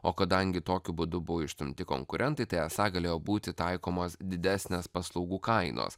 o kadangi tokiu būdu buvo išstumti konkurentai tai esą galėjo būti taikomos didesnės paslaugų kainos